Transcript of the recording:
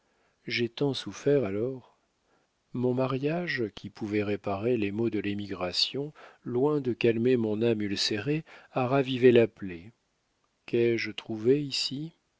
j'ai tant souffert alors mon mariage qui pouvait réparer les maux de l'émigration loin de calmer mon âme ulcérée a ravivé la plaie qu'ai-je trouvé ici